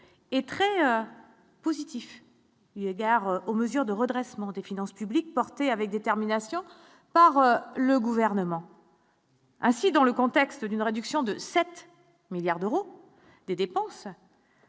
est très positif, il adhère aux mesures de redressement des finances publiques, porté avec détermination par le gouvernement. Ainsi, dans le contexte d'une réduction de 7 milliards d'euros de dépenses.